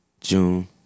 June